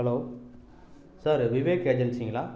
hello sir Vivek ஏஜென்ஸிங்களா